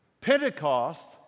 Pentecost